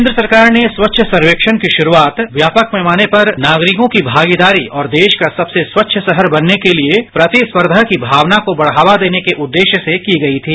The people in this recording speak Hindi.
केन्द्र सरकार ने स्वच्छ सर्वेक्षण की शुरूआत व्यापक पैमाने पर नागरिकों की भागीदारी और देश का सबसे स्वच्छ राहर बनने के लिए प्रतिस्पर्धा की भावना को बढ़ावा देने के उद्देश्य से की गई थी